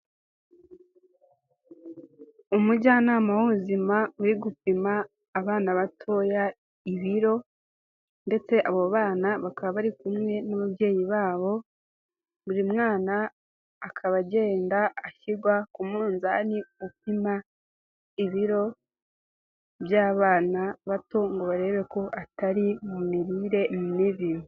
Umujyanama w'ubuzima uri gupima abana batoya ibiro ndetse abo bana bakaba bari kumwe n'ababyeyi babo, buri mwana akaba agenda ashyirwa ku munzani upima ibiro by'abana bato ngo barebe ko atari mu mirire mibi.